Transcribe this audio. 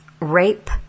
rape